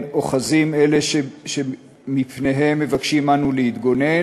אוחזים אלה שמפניהם מבקשים אנו להתגונן"